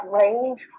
range